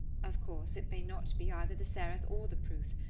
of course it may not be either the sereth or the pruth,